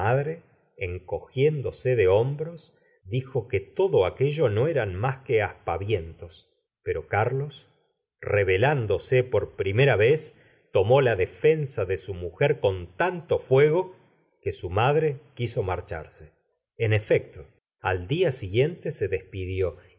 encogiéndose de hombros dijo que todcr aquello no era n más que aspavientos pero carlos rebelándose por primera yez tomó la defensa de su mujer con tanto fuego que su madre quiso marcharse gustavo flaubert en efecto al dia siguiente se despidió